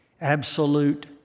absolute